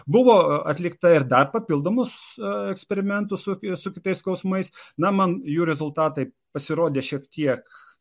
buvo atlikta ir dar papildomus eksperimentus su ki su kitais skausmais na man jų rezultatai pasirodė šiek tiek